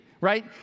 right